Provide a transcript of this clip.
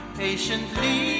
patiently